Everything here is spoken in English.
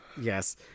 Yes